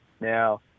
Now